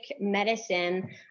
medicine